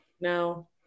No